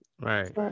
Right